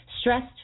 Stressed